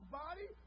body